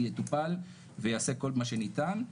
יטופל ונעשה כל מה שניתן.